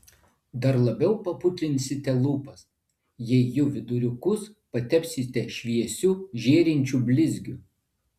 dar labiau paputlinsite lūpas jei jų viduriukus patepsite šviesiu žėrinčiu blizgiu